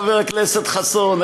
חבר הכנסת חסון,